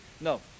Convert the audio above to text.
No